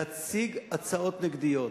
להציג הצעות נגדיות.